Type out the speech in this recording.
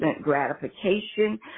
gratification